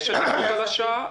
יש עדיפות לשעה?